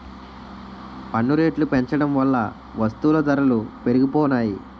పన్ను రేట్లు పెంచడం వల్ల వస్తువుల ధరలు పెరిగిపోనాయి